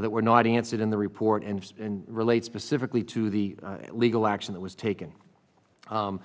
that were not answered in the report and relates specifically to the legal action that was taken